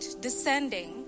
descending